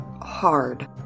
hard